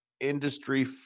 industry